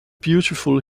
beautiful